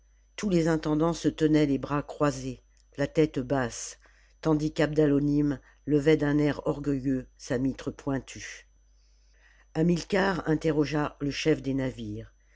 tous les intendants se tenaient les bras croisés la tête basse tandis qu'abdalonim levait d'un air orgueilleux sa mitre pointue hamilcar interrogea le chef des navires